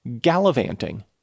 gallivanting